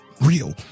real